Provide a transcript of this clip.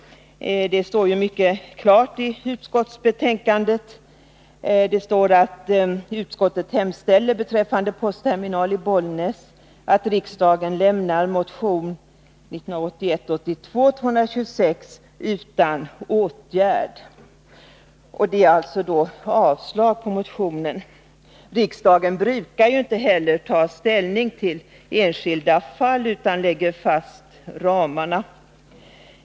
Det står mycket klart i betänkandet att utskottet beträffande postterminal i Bollnäs hemställer att riksdagen lämnar motion 1981/82:226 ”utan åtgärd”. Det innebär att motionen avstyrks. Riksdagen brukar inte heller ta ställning till enskilda fall utan lägga fast ramarna.